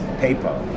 paper